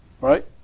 Right